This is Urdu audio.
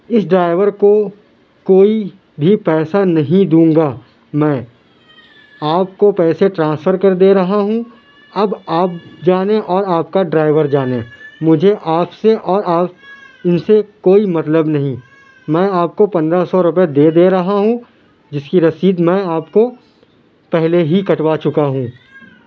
اِس ڈرائیور کو کوئی بھی پیسہ نہیں دوں گا میں آپ کو پیسے ڈرانسفر کر دے رہا ہوں اب آپ جانیں اور آپ کا ڈرائیور جانے مجھے آپ سے اور آس اِن سے کوئی مطلب نہیں میں آپ کو پندرہ سو روپے دے دے رہا ہوں جس کی رسید میں آپ کو پہلے ہی کٹوا چُکا ہوں